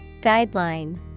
Guideline